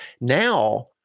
Now